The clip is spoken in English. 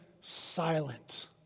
silent